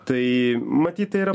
tai matyt tai yra